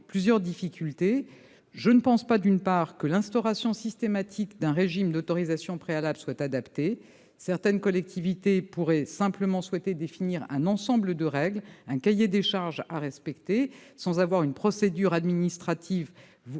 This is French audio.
plusieurs difficultés. Je ne pense pas, d'une part, que l'instauration systématique d'un régime d'autorisation préalable soit adaptée. Certaines collectivités pourraient simplement souhaiter définir un ensemble de règles, ou un cahier des charges à respecter, sans avoir à suivre une procédure administrative